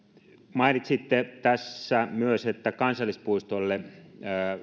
mainitsitte tässä myös että kansallispuistoille